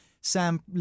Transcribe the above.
Sam